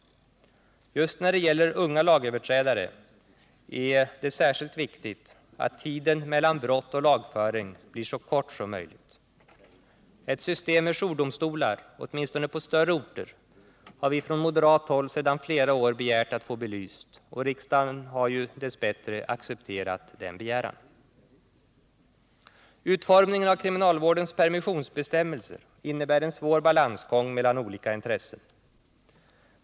Just när det gäller unga lagöverträdare är det särskilt viktigt att tiden mellan brott och lagföring blir så kort som möjligt. Ett system med jourdomstolar, åtminstone på större orter, har vi från moderat håll sedan flera år begärt att få belyst, och riksdagen har dess bättre accepterat denna begäran. Utformningen av kriminalvårdens permissionsbestämmelser innebär en svår balansgång mellan olika intressen.